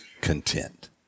content